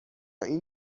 این